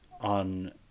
on